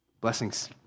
blessings